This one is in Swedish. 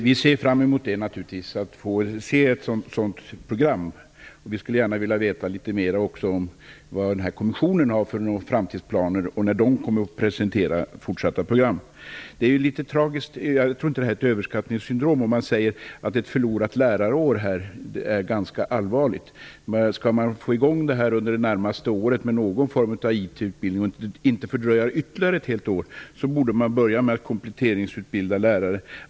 Fru talman! Vi ser fram emot att få se ett sådant program. Vi skulle gärna vilja veta litet mer om vad kommissionen har för framtidsplaner och det fortsatta programmet. Jag tror inte att det är fråga om ett "överskattningssyndrom" när jag säger att det är allvarligt med ett förlorat lärarår. Skall man komma i gång under det närmaste året med någon form av IT utbildning, och inte fördröja det hela ytterligare ett år, borde man börja med att ge lärare kompletteringsutbildning.